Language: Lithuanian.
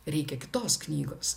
reikia kitos knygos